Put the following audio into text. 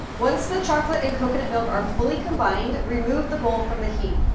once the chocolate and coconut milk are fully combined, remove the bowl from the heat.